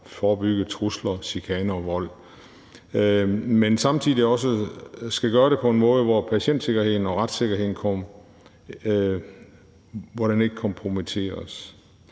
forebygge trusler, chikane og vold, men samtidig også skal gøre det på en måde, hvor patientsikkerheden og retssikkerheden ikke kompromitteres.